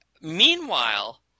meanwhile